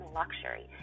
luxury